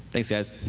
thanks, guys.